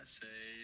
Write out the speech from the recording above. say